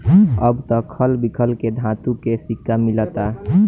अब त खल बिखल के धातु के सिक्का मिलता